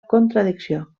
contradicció